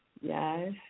yes